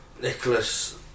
Nicholas